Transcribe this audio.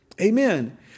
Amen